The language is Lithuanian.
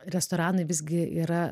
restoranai visgi yra